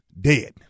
dead